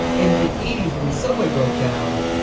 in the eighty s when the subway broke down,